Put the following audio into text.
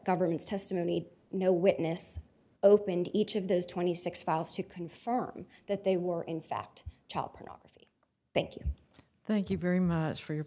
governments testimony no witness opened each of those twenty six files to confirm that they were in fact child pornography thank you thank you very much for your